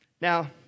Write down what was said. Now